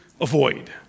avoid